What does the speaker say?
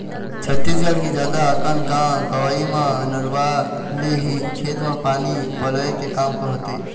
छत्तीसगढ़ के जादा अकन गाँव गंवई म नरूवा ले ही खेत म पानी पलोय के काम होथे